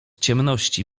ciemności